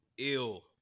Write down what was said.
ill